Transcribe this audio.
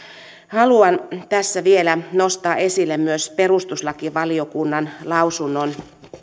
haluan tässä vielä nostaa esille myös perustuslakivaliokunnan lausunnon